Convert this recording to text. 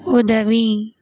உதவி